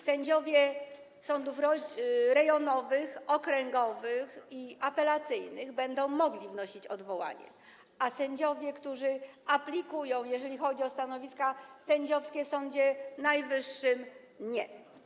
Sędziowie sądów rejonowych, okręgowych i apelacyjnych będą mogli wnosić odwołanie, a sędziowie, którzy aplikują na stanowiska sędziowskie w Sądzie Najwyższym - nie.